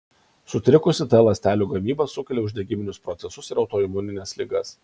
sutrikusi t ląstelių gamyba sukelia uždegiminius procesus ir autoimunines ligas